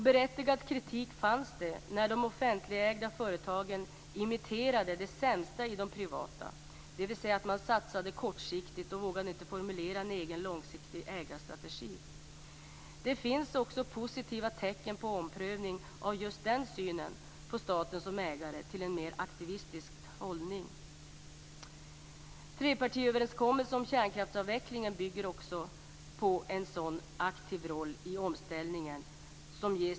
Berättigad kritik fanns när de offentligägda företagen imiterade det sämsta i de privata, dvs. när de satsade kortsiktigt och inte vågade formulera en egen långsiktig ägarstrategi. Det finns positiva tecken på en omprövning av synen på staten som ägare, i riktning mot en mer aktivistisk hållning. Trepartiöverenskommelsen om kärnkraftsavvecklingen bygger på att Vattenfall ges en sådan aktiv roll i omställningen.